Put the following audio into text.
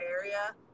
area